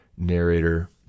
Narrator